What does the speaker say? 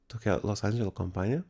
tokia los andželo kompanija